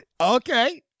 Okay